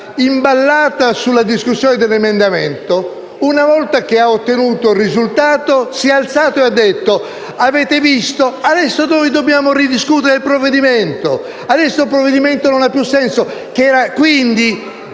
imballata sulla discussione di un emendamento, una volta ottenuto il risultato, si è alzato e ha detto: «Avete visto? Adesso dobbiamo ridiscutere il provvedimento, adesso il provvedimento non ha più senso».